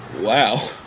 Wow